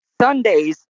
Sundays